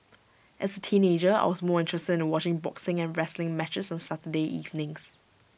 as teenager I was more interested in watching boxing and wrestling matches on Saturday evenings